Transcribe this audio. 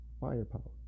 firepower